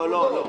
לא, לא.